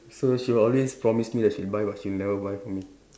so she will always promise me that she'll buy but she'll never buy for me